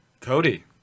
Cody